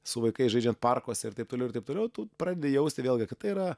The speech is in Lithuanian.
su vaikais žaidžiant parkuose ir taip toliau ir taip toliau tu pradedi jausti vėlgi kad tai yra